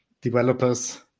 developers